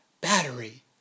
battery